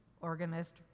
organist